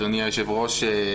אדוני היושב ראש,